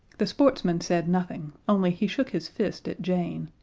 the sportsman said nothing, only he shook his fist at jane,